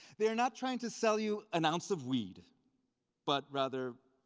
they are not trying to sell you an ounce of weed but rather